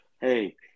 hey